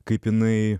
kaip jinai